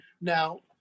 Now